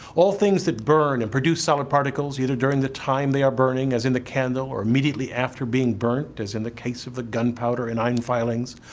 all things that burn and produce solid particles either during the time they are burning as in the candle or immediately after being burnt as in the case of the gunpowder and iron filings,